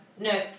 No